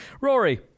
Rory